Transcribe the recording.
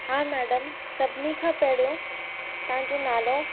हा मैडम सभिनी खां पहिरियों तव्हांजो नालो